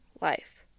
life